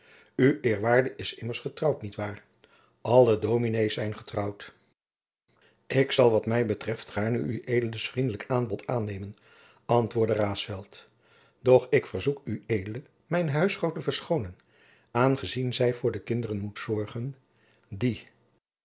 eerwaarde is immers getrouwd niet waar alle dominees zijn getrouwd jacob van lennep de pleegzoon ik zal wat mij betreft gaarne ueds vriendelijk aanbod aannemen antwoordde raesfelt doch ik verzoek ued mijne huisvrouw te verschoonen aangezien zij voor de kinderen moet zorgen die